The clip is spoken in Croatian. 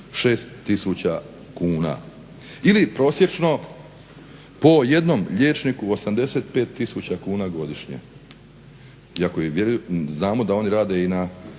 tisuća kuna ili prosječno po jednom liječniku 85000 kuna godišnje. Iako znamo da oni rade i na,